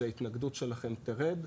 שההתנגדות שלכם תרד,